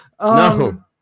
No